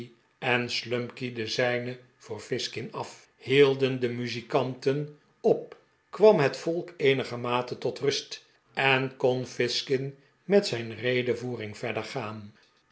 en slumkey den zijnen voor fizkin af hield en de muzikanten op kwam het volk eenigermate tot rust en kon fizkin met zijn redevoering verder gaan